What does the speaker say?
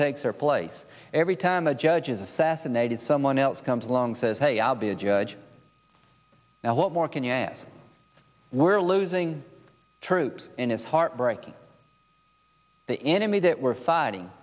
takes their place every time a judge is assassinated someone else comes along says hey i'll be a judge now what more can you ask we're losing troops in is heart breaking the enemy that we're fighting